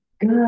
Good